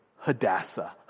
Hadassah